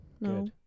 No